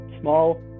small